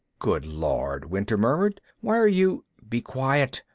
good lord, winter murmured. why are you be quiet.